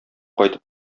кайтып